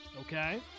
Okay